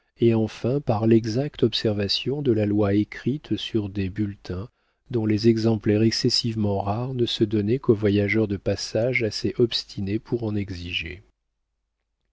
et enfin par l'exacte observation de la loi écrite sur des bulletins dont les exemplaires excessivement rares ne se donnaient qu'aux voyageurs de passage assez obstinés pour en exiger